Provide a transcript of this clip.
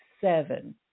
seven